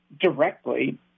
directly